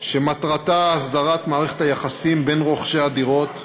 שמטרתה הסדרת מערכת היחסים בין רוכשי הדירות,